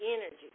energy